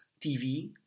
TV